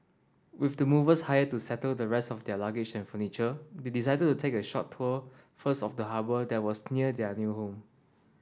with the movers hired to settle the rest of their luggage and furniture they decided to take a short tour first of the harbour that was near their new home